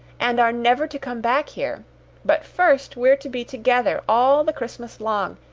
and are never to come back here but first, we're to be together all the christmas long,